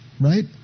right